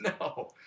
No